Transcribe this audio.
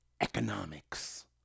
economics